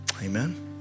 Amen